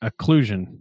occlusion